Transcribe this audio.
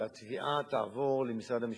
שם סוכם שהתביעה תעבור למשרד המשפטים,